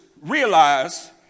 realize